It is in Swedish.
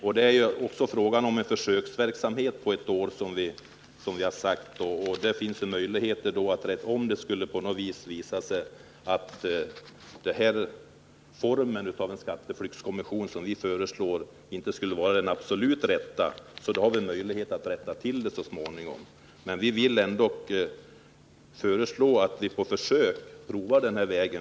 Vi har föreslagit en försöksverksamhet med en sådan här skatteflyktskommission under ett år. Om det skulle visa sig att den typ av skatteflyktskommission som vi har föreslagit inte skulle vara den absolut riktiga, har vi möjlighet att så småningom rätta till det. Men vi vill att man på försök provar denna väg.